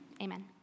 Amen